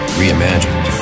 reimagined